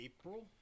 April